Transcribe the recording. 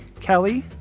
Kelly